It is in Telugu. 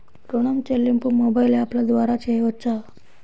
ఋణం చెల్లింపు మొబైల్ యాప్ల ద్వార చేయవచ్చా?